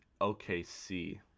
OKC